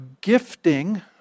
gifting